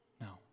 No